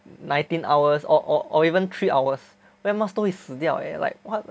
nineteen hours or or or even three hours where mask 都会死掉 leh like what